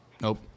nope